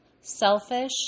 selfish